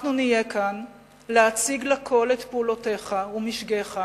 אנחנו נהיה כאן להציג לכול את פעולותיך ואת המשגים שלך,